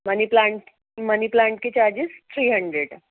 منی plant money plant کے charges three hundred ہے